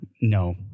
no